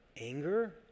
anger